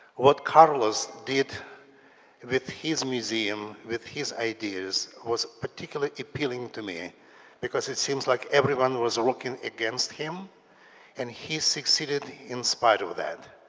what carlos did with his museum, with his ideas, was particularly appealing to me because it seems like everyone was working against him and he succeeded in spite of that.